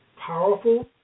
powerful